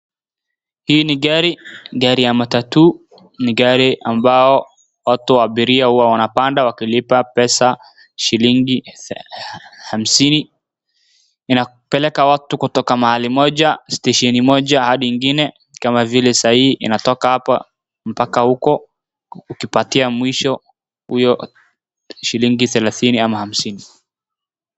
Hii ni gari, gari ya matatu, ni gari ambayo watu wa abiria huwa wanapanda wakilipa pesa, shilingi hamsini. Inapeleka watu kutoka mahali moja stesheni moja adi ingine kama vile sai inatoka hapa mpaka huko, ukipatia mwisho huyo ni shilingi thelathini au hamsini.